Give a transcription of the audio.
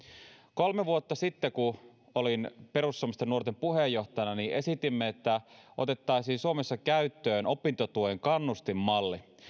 kolme vuotta sitten kun olin perussuomalaisten nuorten puheenjohtajana esitimme että suomessa otettaisiin käyttöön opintotuen kannustinmalli